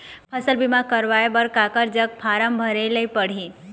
फसल बीमा कराए बर काकर जग फारम भरेले पड़ही?